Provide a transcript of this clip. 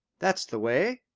that's the way.